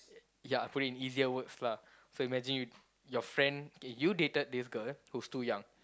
ya I put it in easier words lah so imagine your friend K you dated this girl who's too young